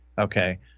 Okay